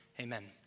amen